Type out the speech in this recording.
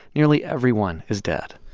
nearly everyone is dead